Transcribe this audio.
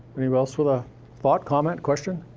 anyone else with a thought, comment, question?